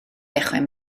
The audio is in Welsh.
dechrau